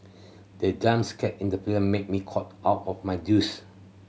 the jump scare in the film made me cough out of my juice